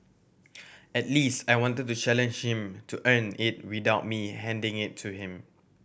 at least I wanted to challenge him to earn it without me handing it to him